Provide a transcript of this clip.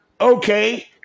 Okay